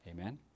Amen